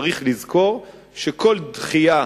צריך לזכור שכל דחייה,